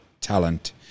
talent